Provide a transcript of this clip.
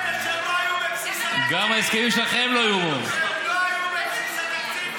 לא היו בבסיס התקציב,